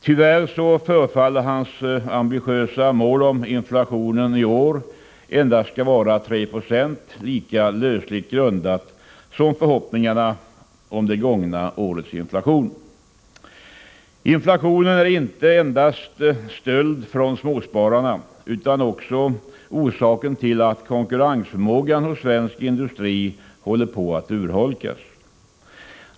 Tyvärr förefaller hans ambitiösa mål att inflationen i år endast skall vara 3 Ze lika lösligt grundat som förhoppningarna om det gångna årets inflation. Inflationen är inte endast stöld från småspararna utan också orsaken till att konkurrensförmågan hos svensk industri håller på att urholkas.